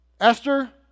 Esther